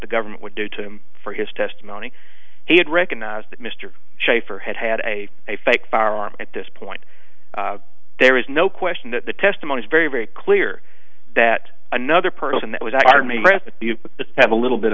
the government would do to him for his testimony he had recognized that mr shaffer had had a fake firearm at this point there is no question that the testimony is very very clear that another person that was our neighbor has to have a little bit